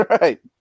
Right